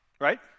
right